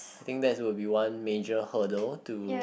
I think that will be one major hurdle to